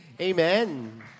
Amen